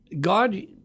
God